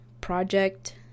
project